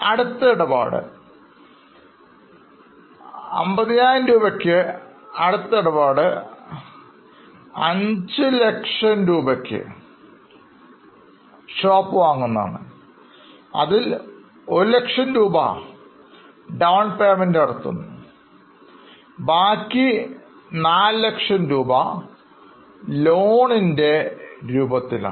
അടുത്ത ഇടപാട് അടുത്ത ഇടപാട് 500000 രൂപയ്ക്ക് ഷോപ്പ് വാങ്ങുന്നതാണ് അതിൽ 100000 രൂപ ഡൌൺ പെയ്മെൻറ് നടത്തുന്നു ബാക്കി 400000 രൂപ ലോണിന്റെ രൂപത്തിലാണ്